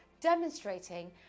demonstrating